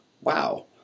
wow